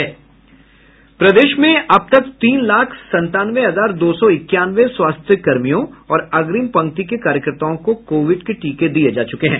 प्रदेश में अब तक तीन लाख संतानवे हजार दो सौ इक्यानवे स्वास्थ्यकर्मियों और अग्रिम पंक्ति के कार्यकर्ताओं को कोविड के टीके दिये जा चुके हैं